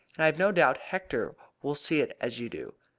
and i have no doubt hector will see it as you do.